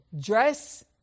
dress